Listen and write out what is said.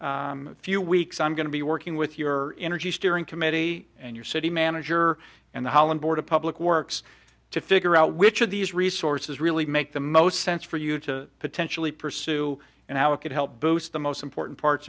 next few weeks i'm going to be working with your energy steering committee and your city manager and the holland board of public works to figure out which of these resources really make the most sense for you to potentially pursue and how it could help boost the most important parts